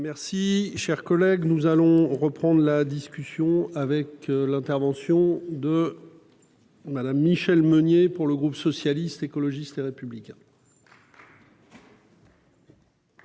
merci chers collègues nous allons reprendre la discussion avec l'intervention de. Madame Michelle Meunier, pour le groupe socialiste, écologiste, Les républicains.